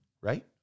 right